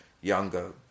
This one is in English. younger